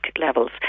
levels